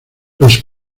los